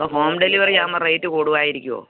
അപ്പോൾ home delivery ആകുമ്പോൾ rate കൂടുവായിരിക്കുമോ